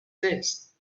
this